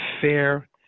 fair